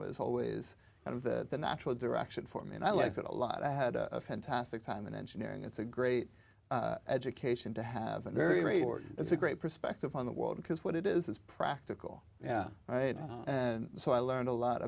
was always kind of the natural direction for me and i like that a lot i had a fantastic time in engineering it's a great education to have a very it's a great perspective on the world because what it is is practical yeah right and so i learned a lot